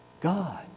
God